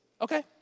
okay